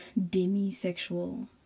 demisexual